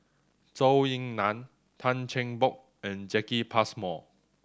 Zhou Ying Nan Tan Cheng Bock and Jacki Passmore